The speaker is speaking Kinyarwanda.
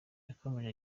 yakomeje